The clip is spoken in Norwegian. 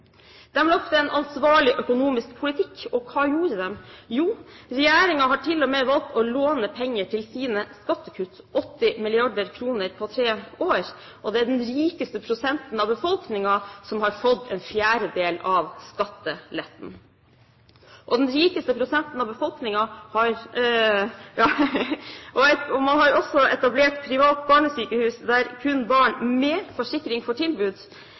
en ansvarlig økonomisk politikk, og hva gjorde de? Jo, regjeringen har til og med valgt å låne penger til sine skattekutt – 80 mrd. kr på tre år – og det er den rikeste prosenten av befolkningen som har fått en fjerdedel av skatteletten. Man har også etablert privat barnesykehus der kun barn med forsikring får tilbud.